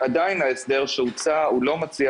עדיין ההסדר שהוצע, הוא לא מציע